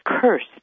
cursed